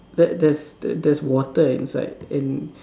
that there's there's water inside and